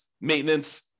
maintenance